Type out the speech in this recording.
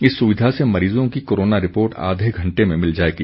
इस सुविधा से मरीजों की कोरोना रिपोर्ट आधे घण्टे में मिल सकेगी